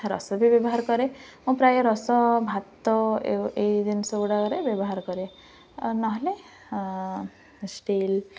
ଆ ରସ ବି ବ୍ୟବହାର କରେ ମୁଁ ପ୍ରାୟ ରସ ଭାତ ଏଇ ଜିନିଷ ଗୁଡ଼ାରେ ବ୍ୟବହାର କରେ ଆଉ ନହେଲେ ଷ୍ଟିଲ୍